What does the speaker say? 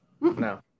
no